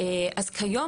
אז כיום,